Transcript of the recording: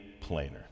plainer